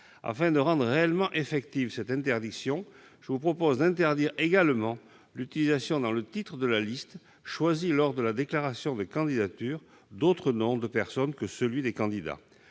Afin de rendre réellement effective cette interdiction, je vous propose d'interdire également l'utilisation dans le titre de la liste, choisi lors de la déclaration de candidature, d'autres noms de personne que celui des candidats.